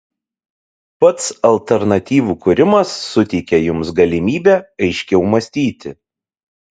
pats alternatyvų kūrimas suteikia jums galimybę aiškiau mąstyti